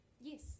Yes